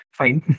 fine